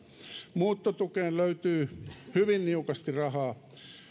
muuttotukeen löytyy hyvin niukasti rahaa